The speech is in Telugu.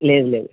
లేదు లేదు